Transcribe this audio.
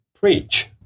preach